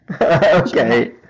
Okay